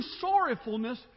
sorrowfulness